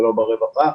לא ברווחה,